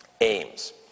aims